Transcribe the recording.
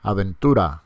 Aventura